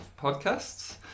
podcasts